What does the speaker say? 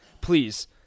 please